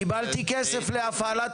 מיכאל מרדכי ביטון (יו"ר ועדת הכלכלה): קיבלתי כסף להפעלת העיר.